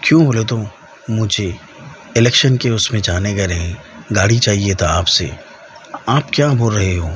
کیوں بولے تو مجھے الیکشن کے اس میں جانے کا نہیں گاڑی چاہیے تھا آپ سے آپ کیا بول رہے ہو